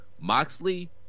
Moxley